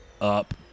up